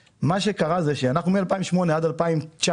מ-2008 עד 2019,